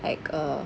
like uh